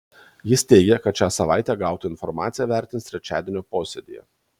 jis teigia kad šią savaitę gautą informaciją vertins trečiadienio posėdyje